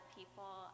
people